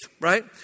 right